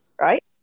right